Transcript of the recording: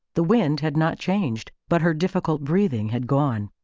the wind had not changed, but her difficult breathing had gone.